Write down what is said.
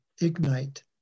ignite